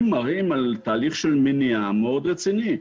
מראים על תהליך של מניעה מאוד רצינית.